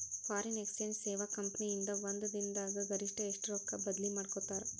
Foreign exchange ಸೇವಾ company ಇಂದಾ ಒಂದ್ ದಿನ್ ದಾಗ್ ಗರಿಷ್ಠ ಎಷ್ಟ್ ರೊಕ್ಕಾ ಬದ್ಲಿ ಮಾಡಿಕೊಡ್ತಾರ್?